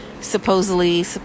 supposedly